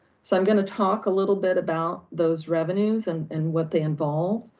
so i'm gonna talk a little bit about those revenues and and what they involve.